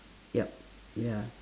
yup ya